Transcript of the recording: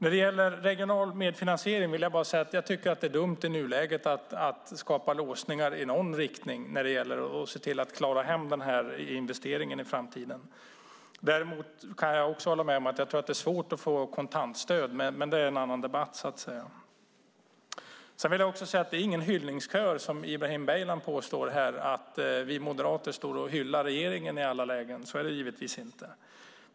I fråga om regional medfinansiering tycker jag att det är dumt att i nuläget skapa låsningar i någon riktning när det gäller att klara hem investeringen i framtiden. Däremot kan jag hålla med om att det är svårt att få kontantstöd - men det är en annan debatt. Vi moderater står inte här och utgör en hyllningskör, som Ibrahim Baylan påstår, som hyllar regeringen i alla lägen. Så är det givetvis inte.